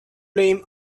blame